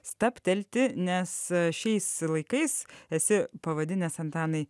stabtelti nes šiais laikais esi pavadinęs antanai